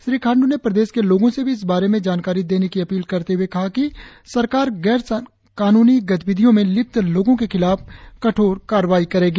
श्री खांडू ने प्रदेश के लोगों से भी इस बारे में जानकारी देने की अपील करते हुए कहआ कि सरकार गैर कानूनी गतिविधियों में लिप्त लोगों के खिलाफ कठोर कार्रवाई करेगी